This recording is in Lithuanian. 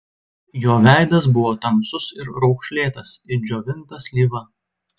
jo veidas buvo tamsus ir raukšlėtas it džiovinta slyva